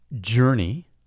journey